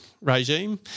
regime